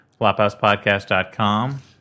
FlophousePodcast.com